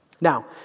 Now